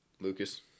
lucas